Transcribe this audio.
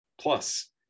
Plus